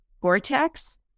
Gore-Tex